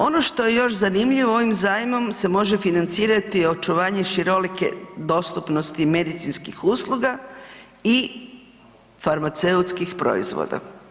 Ono što je još zanimljivo ovim zajmom se može financirati očuvanje širolike dostupnosti medicinskih usluga i farmaceutskih proizvoda.